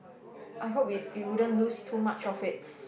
I hope it it wouldn't lose too much of it's